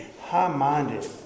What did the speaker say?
High-minded